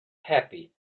happy